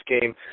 game